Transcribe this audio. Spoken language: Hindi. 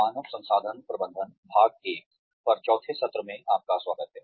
मानव संसाधन प्रबंधन भाग एक पर चौथे सत्र में आपका स्वागत है